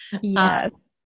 Yes